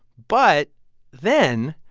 but then,